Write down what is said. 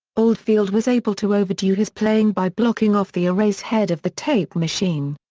oldfield was able to overdub his playing by blocking off the erase head of the tape machine.